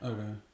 Okay